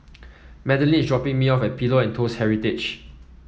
Madalynn is dropping me off at Pillows and Toast Heritage